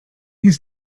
his